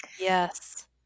yes